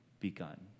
Begun